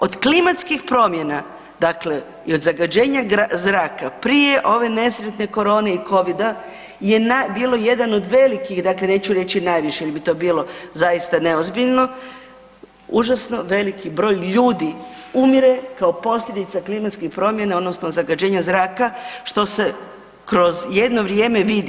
Od klimatskih promjena dakle i od zagađenja zraka prije ove nesretne korone i covida je bilo jedan od velikih dakle neću reći najviše jel bi to bilo zaista neozbiljno, užasno veliki broj ljudi umire kao posljedica klimatskih promjena odnosno zagađenja zraka, što se kroz jedno vrijeme vidi.